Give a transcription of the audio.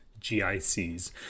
GICs